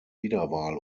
wiederwahl